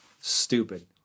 Stupid